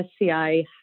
SCI